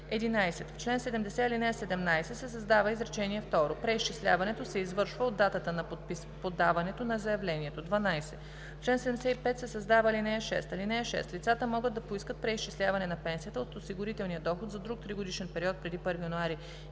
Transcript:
11. В чл. 70, ал. 17 се създава изречение второ: „Преизчисляването се извършва от датата на подаването на заявлението.“ 12. В чл. 75 се създава ал. 6: „(6) Лицата могат да поискат преизчисляване на пенсията от осигурителния доход за друг тригодишен период преди 1 януари